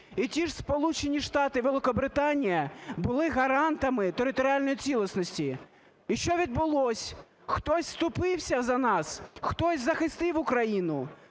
Штати, Великобританія були гарантами територіальної цілісності. І що відбулося? Хтось вступився за нас, хтось захистив Україну?